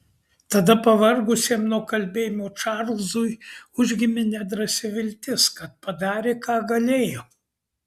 tada pavargusiam nuo kalbėjimo čarlzui užgimė nedrąsi viltis kad padarė ką galėjo